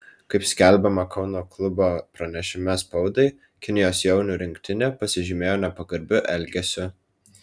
kaip skelbiama kauno klubo pranešime spaudai kinijos jaunių rinktinė pasižymėjo nepagarbiu elgesiu